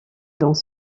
dans